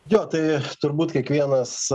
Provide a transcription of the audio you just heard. jo tai turbūt kiekvienas